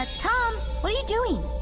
ah tom, what are you doing?